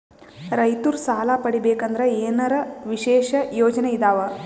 ರೈತರು ಸಾಲ ಪಡಿಬೇಕಂದರ ಏನರ ವಿಶೇಷ ಯೋಜನೆ ಇದಾವ?